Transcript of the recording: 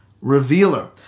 revealer